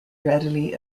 readily